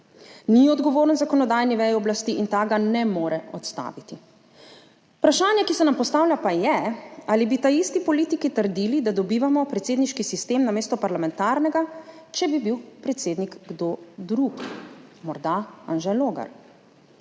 ni odgovoren zakonodajni veji oblasti in ta ga ne more odstaviti. Vprašanje, ki se nam postavlja, pa je, ali bi ta isti politiki trdili, da dobivamo predsedniški sistem namesto parlamentarnega, če bi bil predsednik kdo drug, morda Anže Logar.